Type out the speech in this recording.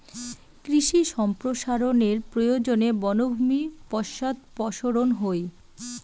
কৃষি সম্প্রসারনের প্রয়োজনে বনভূমি পশ্চাদপসরন হই